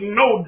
no